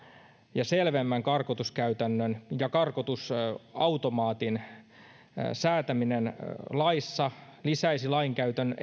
ja selvemmän karkotuskäytännön ja karkotusautomaatin säätäminen laissa lisäisi lainkäytön